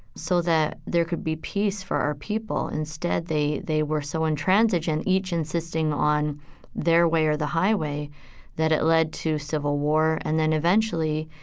so that there could be peace for our people? instead, they, they were so intransigent, each insisting on their way or the highway that it led to civil war and then, eventually,